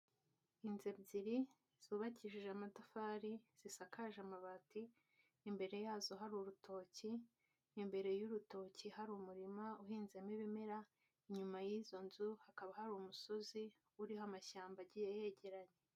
Inzu ebyiri zubakishije amatafari zisakaje amabati, imbere yazo hari urutoki imbere y'urutoki hari umurima uhinzemo ibimera inyuma y'izo nzu hakaba hari umusozi uriho amashyamba agiye yegeranye.